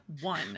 one